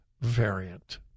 variant